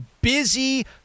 busy